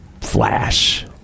flash